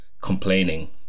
complaining